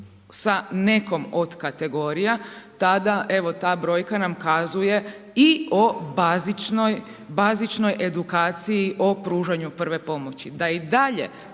sa nekom od kategorija, tada evo ta brojka nam kazuje i o bazičnoj edukaciji o pružanju prve pomoći.